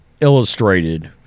Illustrated